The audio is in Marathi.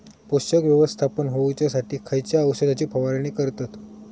पोषक व्यवस्थापन होऊच्यासाठी खयच्या औषधाची फवारणी करतत?